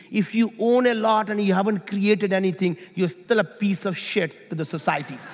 if you own a lot and you haven't created anything, you're still a piece of shit to the society.